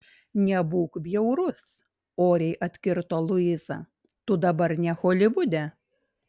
nebūk bjaurus oriai atkirto luiza tu dabar ne holivude